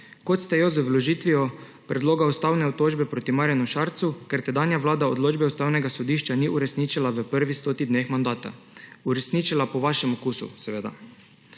kot ste jo z vložitvijo predloga ustavne obtožbe proti Marjanu Šarcu, ker tedanja vlada odločbe Ustavnega sodišča ni uresničila v prvih 100 dneh mandata, uresničila po vašem okusu seveda.